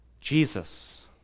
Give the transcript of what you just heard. Jesus